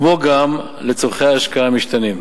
כמו גם לצורכי השקעה משתנים.